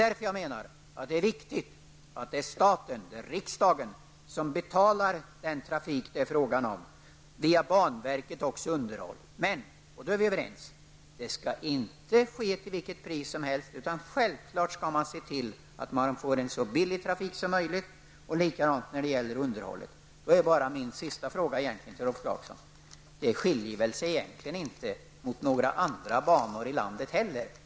Därför menar jag att det är viktigt att staten, riksdagen, betalar den trafik det handlar om och via banverket också underhållet. Men -- och där är vi överens -- det skall inte ske till vilket pris som helst, utan självfallet skall man se till att vi får så billig trafik som möjligt, likaså när det gäller underhållet. Min sista fråga till Rolf Clarkson är: Det skiljer sig väl egentligen inte mot några andra banor i landet heller?